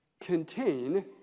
contain